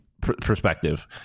perspective